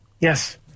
Yes